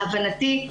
להבנתי,